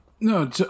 No